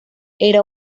era